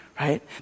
right